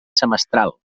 semestral